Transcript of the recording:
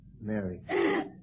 Mary